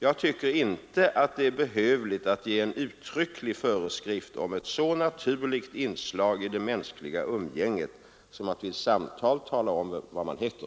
Jag tycker inte att det är behövligt att ge en uttrycklig föreskrift om ett så naturligt inslag i det mänskliga umgänget som att vid samtal tala om vad man heter.